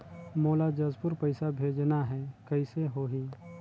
मोला जशपुर पइसा भेजना हैं, कइसे होही?